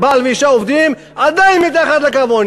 בעל ואישה עובדים, עדיין מתחת לקו העוני.